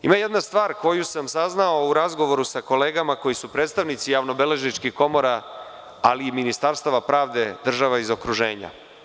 Ima jedna stvar koju sam saznao u razgovoru sa kolegama koji su predstavnici javnobeležničkih komora, ali i ministarstava pravde država iz okruženja.